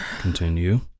Continue